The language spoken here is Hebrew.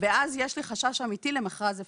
ואז יש לי חשש אמיתי למכרז הפסדי.